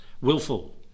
willful